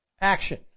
action